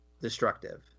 destructive